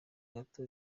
gato